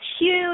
huge